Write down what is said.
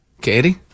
Katie